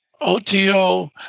OTO